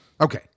Okay